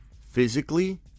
physically